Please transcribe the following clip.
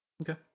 Okay